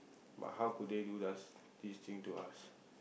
but how could they do to us this thing to us